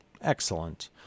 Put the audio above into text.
Excellent